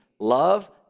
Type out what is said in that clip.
Love